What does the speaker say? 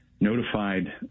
notified